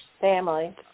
family